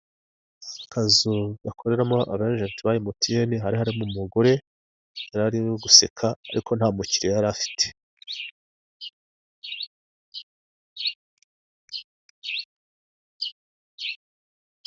Akazu gakoreramo aba ajenti ba emutiyene hari harimo umugore yari arimo guseka ariko nta mukiriya yari afite.